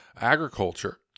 agriculture